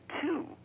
two